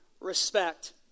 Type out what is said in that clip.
respect